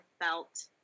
felt